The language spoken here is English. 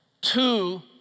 Two